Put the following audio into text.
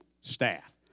staff